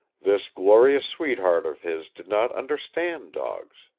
this glorious sweetheart of his did not understand dogs.